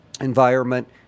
environment